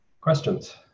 Questions